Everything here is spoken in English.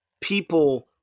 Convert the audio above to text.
people